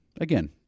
again